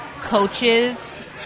coaches